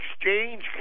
Exchange